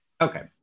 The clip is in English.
Okay